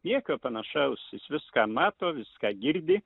nieko panašaus jis viską mato viską girdi